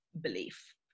belief